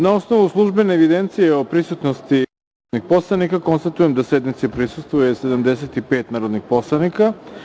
Na osnovu službene evidencije o prisutnosti narodnih poslanika, konstatujem da sednici prisustvuje 75 narodnih poslanika.